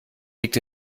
liegt